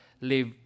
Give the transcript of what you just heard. live